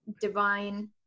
divine